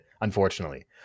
unfortunately